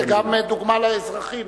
זו גם דוגמה לאזרחים.